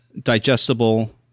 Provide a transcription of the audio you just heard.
digestible